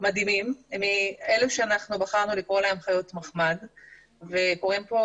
מדהימים מאלה שאנחנו בחרנו לקרוא להם חיות מחמד וקורים פה